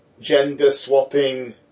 gender-swapping